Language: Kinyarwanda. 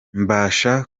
mbasha